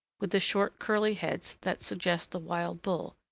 with the short, curly heads that suggest the wild bull,